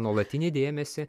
nuolatinį dėmesį